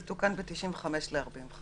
זה תוקן ב-1995 ל-45 יום.